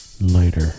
Later